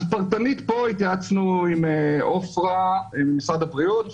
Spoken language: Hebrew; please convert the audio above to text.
פרטנית פה התייעצנו עם עופרה ממשרד הבריאות,